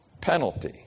penalty